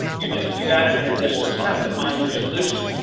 you're just you've added an additional step to find your solution.